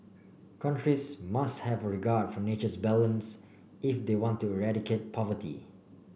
countries must have a regard for nature's balance if they want to eradicate poverty